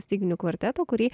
styginių kvarteto kurį